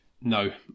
No